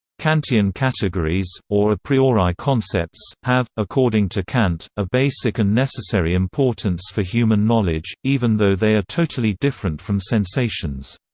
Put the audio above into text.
kantian categories, or a priori concepts, have, according to kant, a basic and necessary importance for human knowledge, even though they are totally different from sensations.